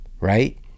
right